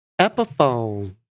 Epiphone